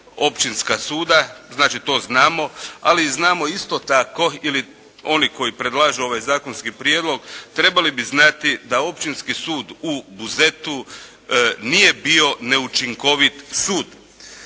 općinska suda, znači to znamo, ali znamo isto tako ili oni koji predlažu ovaj zakonski prijedlog, trebali bi znati da Općinski sud u Buzetu nije bio neučinkovit sud.